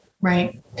Right